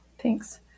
thanks